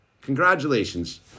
Congratulations